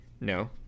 No